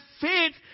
faith